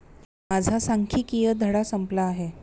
माझा सांख्यिकीय धडा संपला आहे